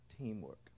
teamwork